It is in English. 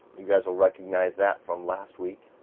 you guys will recognize that from last week.